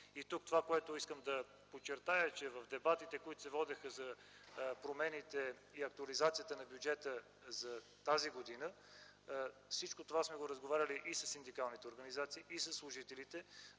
И това, което искам да подчертая, е, че в дебатите, които се водеха за промените и актуализацията на бюджета за тази година, за всичко това сме разговаряли и със синдикалните организации, и със служителите,